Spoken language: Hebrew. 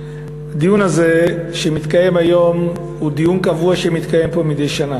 הדיון הזה שמתקיים היום הוא דיון קבוע שמתקיים פה מדי שנה.